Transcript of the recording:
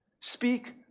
speak